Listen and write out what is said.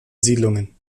siedlungen